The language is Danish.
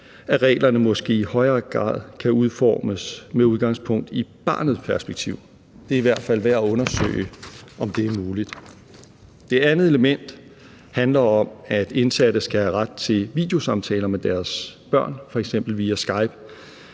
at reglerne måske i højere grad kan udformes med udgangspunkt i barnets perspektiv. Det er i hvert fald værd at undersøge, om det er muligt. Kl. 10:06 Det andet element handler om, at indsatte skal have ret til videosamtaler med deres børn, f.eks. via Skype.